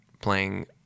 Playing